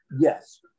yes